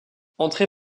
entrer